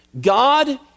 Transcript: God